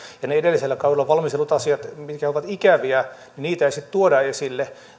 ja niitä edellisellä kaudella valmisteltuja asioita mitkä ovat ikäviä ei sitten tuoda esille